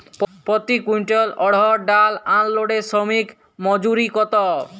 প্রতি কুইন্টল অড়হর ডাল আনলোডে শ্রমিক মজুরি কত?